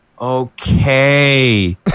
okay